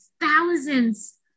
thousands